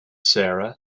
sarah